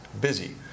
Busy